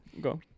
Go